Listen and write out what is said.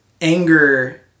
anger